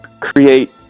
create